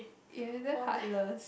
eh you damn heartless